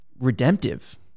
redemptive